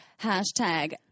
Hashtag